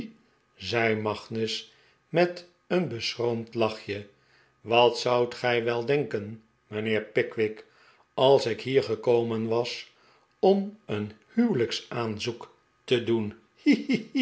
zei magnus met een beschroomd lachje wat zoudt gij wel denken mijnheer pickwick als ik hier gekomen was om een huwelijksaanzoek te doen